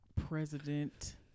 president